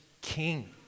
king